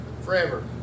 Forever